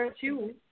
two